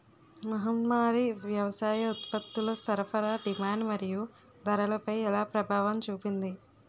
మహమ్మారి వ్యవసాయ ఉత్పత్తుల సరఫరా డిమాండ్ మరియు ధరలపై ఎలా ప్రభావం చూపింది?